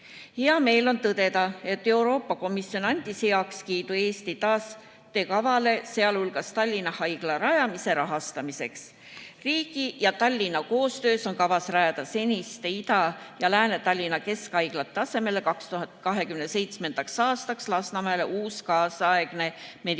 Hea meel on tõdeda, et Euroopa Komisjon andis heakskiidu Eesti taastekavale, sh Tallinna Haigla rajamise rahastamisele. Riigi ja Tallinna koostöös on kavas rajada seniste Ida- ja Lääne-Tallinna keskhaigla asemele 2027. aastaks Lasnamäele uus kaasaegne meditsiinilinnak.